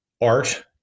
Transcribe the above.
art